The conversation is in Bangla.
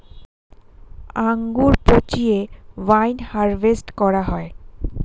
আঙ্গুর পচিয়ে ওয়াইন হারভেস্ট করা হয়